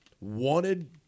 wanted